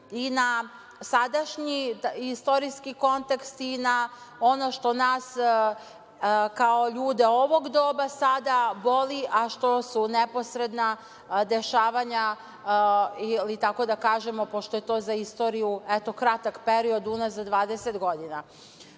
i na sadašnji istorijski kontekst i na ono što nas kao ljude ovog doba sada boli, a što su neposredna dešavanja ili kako da kažemo, pošto je to za istoriju, eto kratak period, unazad 20 godina. Srbija